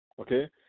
okay